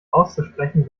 auszusprechen